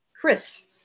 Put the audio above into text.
Chris